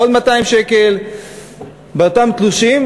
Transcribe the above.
עוד 200 שקל באותם תלושים,